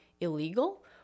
illegal